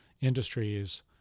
industries